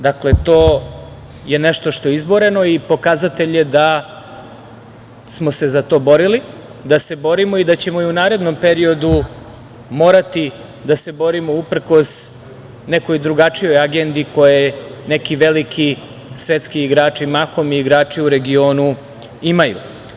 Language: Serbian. Dakle, to je nešto što je izboreno i pokazatelj je da smo se za to borili, da se borimo i da ćemo u narednom periodu morati da se borimo uprkos nekoj drugačijoj agendi koje neki veliki svetski mahom i igrači u regionu imaju.